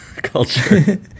culture